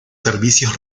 servicios